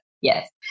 yes